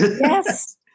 Yes